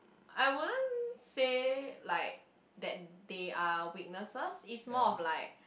I wouldn't say like that they are weaknesses it's more of like